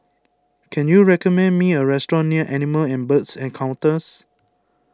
can you recommend me a restaurant near Animal and Birds Encounters